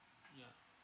ya